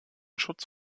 schutz